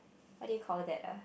what do you call that ah